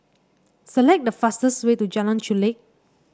select the fastest way to Jalan Chulek